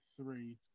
three